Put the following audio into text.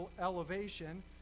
elevation